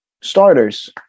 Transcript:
starters